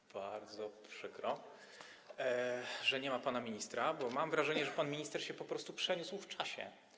To bardzo przykre, że nie ma pana ministra, bo mam wrażenie, że pan minister po prostu przeniósł się w czasie.